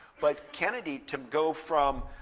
but kennedy, to go from